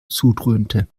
zudröhnte